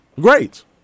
great